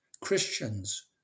Christians